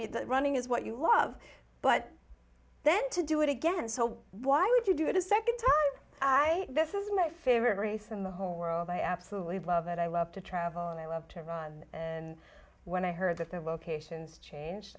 running is what you love but then to do it again so why would you do it a second time i this is my favorite race from the home world i absolutely love it i love to travel and i love to run and when i heard that the locations changed